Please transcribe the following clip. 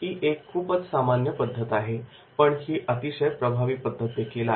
ही एक खूपच सामान्य पद्धत आहे पण ही अतिशय प्रभावी पद्धतदेखील आहे